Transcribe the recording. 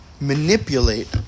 manipulate